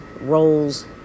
roles